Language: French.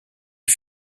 les